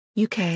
UK